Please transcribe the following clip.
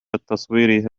التصوير